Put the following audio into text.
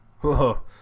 whoa